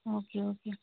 okay okay